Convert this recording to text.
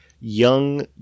young